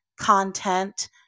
content